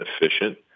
efficient